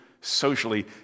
socially